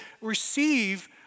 receive